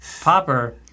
popper